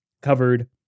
covered